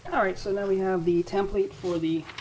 alright so now we have the template for the